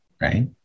right